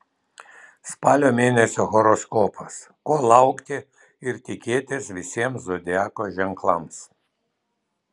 spalio mėnesio horoskopas ko laukti ir tikėtis visiems zodiako ženklams